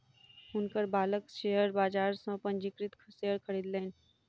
हुनकर बालक शेयर बाजार सॅ पंजीकृत शेयर खरीदलैन